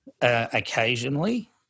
occasionally